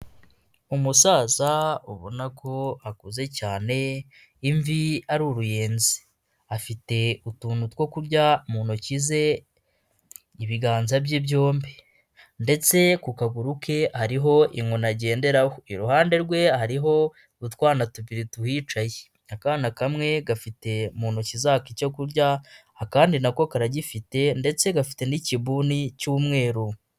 Umusaza ubona ko akuze cyane imvi ari uruyenzi, afite utuntu two kurya mu ntoki ze ibiganza bye byombi ndetse ku kaguru ke hariho inkoni agenderaho, iruhande rwe hariho utwana tubiri tuhicaye, akana kamwe gafite mu ntoki zako icyo kurya, akandi nako karagifite ndetse gafite n'ikibuni cy'umweru.